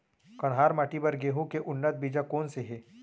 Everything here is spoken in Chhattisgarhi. कन्हार माटी बर गेहूँ के उन्नत बीजा कोन से हे?